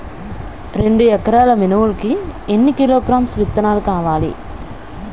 రెండు ఎకరాల మినుములు కి ఎన్ని కిలోగ్రామ్స్ విత్తనాలు కావలి?